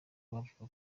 bavuga